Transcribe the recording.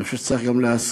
אני חושב שצריך גם להזכיר,